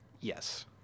Yes